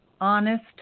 honest